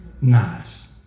Nice